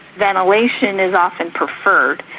ventilation is often preferred.